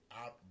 out